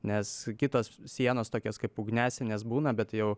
nes kitos sienos tokios kaip ugniasienės būna bet jau